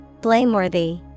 Blameworthy